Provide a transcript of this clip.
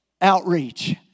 outreach